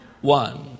One